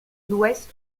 l’ouest